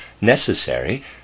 necessary